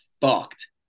fucked